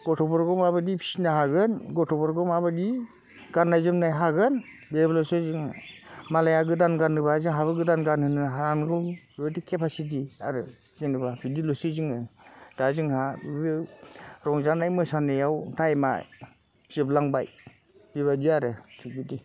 गथ'फोरखौ माबादि फिसिनो हागोन गथ'फोरखौ माबादि गाननाय जोमनाय हागोन बेल'सै जों मालाया गोदान गाननोब्ला जाहाबो गोदान गानहोनो हानांगौ बेबादि केपासिटि आरो जेनेबा बिदिल'सै जोङो दा जोंहा बेफोरो रंजानाय मोसानायाव टाइमा जोबलांबाय बिबायदि आरो बिबायदि